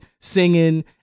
singing